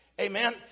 Amen